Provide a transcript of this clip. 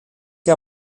que